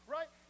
Right